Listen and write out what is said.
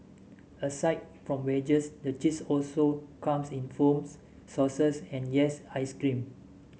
aside from wedges the cheese also comes in foams sauces and yes ice cream